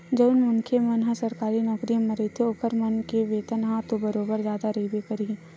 जउन मनखे मन ह सरकारी नौकरी म रहिथे ओखर मन के वेतन ह तो बरोबर जादा रहिबे करही